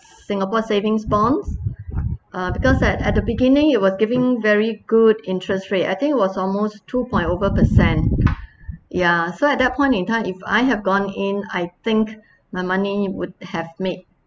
singapore savings bonds uh because at at the beginning it was giving very good interest rate I think it was almost two point over percent ya so at that point in time if I have gone in I think my money would have made